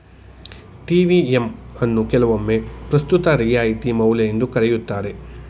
TVM ಅನ್ನು ಕೆಲವೊಮ್ಮೆ ಪ್ರಸ್ತುತ ರಿಯಾಯಿತಿ ಮೌಲ್ಯ ಎಂದು ಕರೆಯುತ್ತಾರೆ